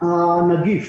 הנגיף